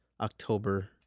October